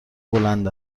بلند